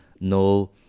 no